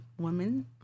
woman